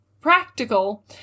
practical